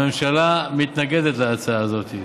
הממשלה מתנגדת להצעה הזאת.